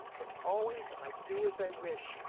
but always i do as i wish.